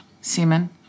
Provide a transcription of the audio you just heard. Semen